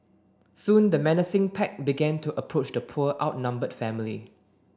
soon the menacing pack began to approach the poor outnumbered family